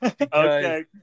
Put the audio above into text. Okay